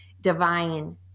divine